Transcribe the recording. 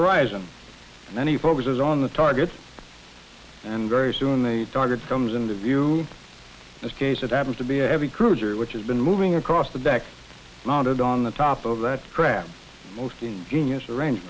horizon and then he focuses on the targets and very soon the targets comes into view this case that happens to be a heavy cruiser which has been moving across the deck mounted on the top of that crab most genius arranged